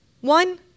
One